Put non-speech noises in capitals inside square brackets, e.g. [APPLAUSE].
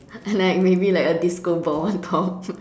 and like maybe like a disco ball on top [LAUGHS]